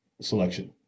selection